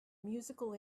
musical